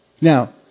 Now